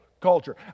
culture